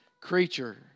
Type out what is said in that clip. creature